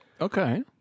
Okay